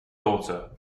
daughter